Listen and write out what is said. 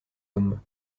homme